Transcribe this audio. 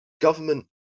government